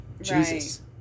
jesus